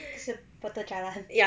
是 potong jalan